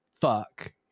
fuck